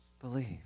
believe